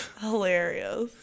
hilarious